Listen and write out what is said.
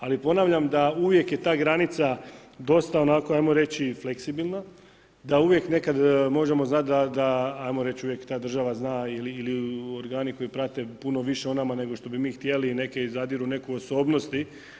Ali ponavljam da uvijek je ta granica dosta onako, ajmo reći fleksibilna, da uvijek nekad možemo znat, da ajmo reć ta država zna ili organi koji prate puno više o nama, nego što bi mi htjeli i zadiru u neku osobnosti.